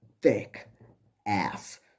thick-ass